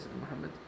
Muhammad